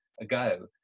ago